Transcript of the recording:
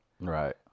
Right